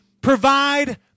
provide